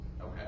Okay